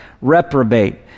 reprobate